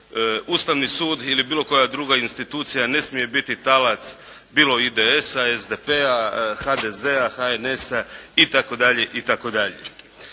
Ustavni sud ili bilo koja druga institucija ne smije biti talac bilo IDS-a, SDP-a, HDZ-a, HNS-a itd.